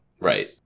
Right